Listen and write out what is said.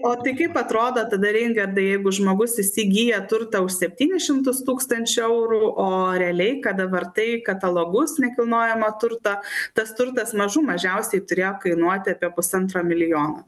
o tai kaip atrodo tada raoigardai jeigu žmogus įsigyja turtą už septynis šimtus tūkstančių eurų o realiai kada vartai katalogus nekilnojamo turto tas turtas mažų mažiausiai turėjo kainuoti apie pusantro milijono